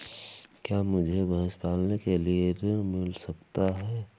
क्या मुझे भैंस पालने के लिए ऋण मिल सकता है?